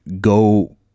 go